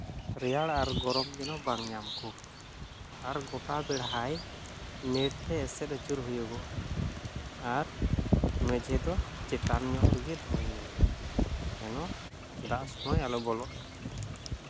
ᱨᱮᱭᱟᱲ ᱟᱨ ᱜᱚᱨᱚᱢ ᱡᱮᱱᱚ ᱵᱟᱝ ᱧᱟᱢ ᱠᱚ ᱟᱨ ᱜᱳᱴᱟ ᱵᱮᱲᱦᱟᱭ ᱱᱮᱹᱴ ᱮᱥᱮᱫ ᱟᱹᱪᱩᱨ ᱦᱩᱭᱩᱜᱚᱜᱼᱟ ᱟᱨ ᱢᱮᱡᱷᱮ ᱫᱚ ᱪᱮᱛᱟᱱ ᱧᱚᱜ ᱨᱮᱜᱮ ᱫᱚᱦᱚᱭ ᱦᱩᱭᱩᱜᱼᱟ ᱡᱮᱱᱚ ᱫᱟᱜ ᱥᱚᱢᱚᱭ ᱟᱞᱚ ᱵᱚᱞᱚᱜ